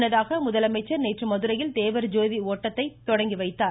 முன்னதாக முதலமைச்சர் நேற்று மதுரையில் தேவர் ஜோதி தொடர் ஆட்டத்தை தொடங்கிவைத்தார்